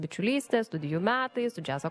bičiulystė studijų metai su džiazo